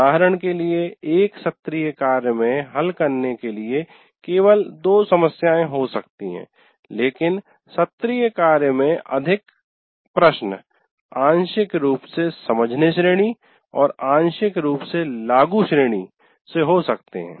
उदाहरण के लिए एक सत्रीय कार्य में हल करने के लिए केवल 2 समस्याएं हो सकती हैं लेकिन सत्रीय कार्य में अधिक प्रश्न आंशिक रूप से "समझने श्रेणी" और आंशिक रूप से "लागू श्रेणी" से हो सकते हैं